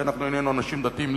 כי אנחנו איננו אנשים דתיים.